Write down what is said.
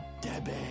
Debbie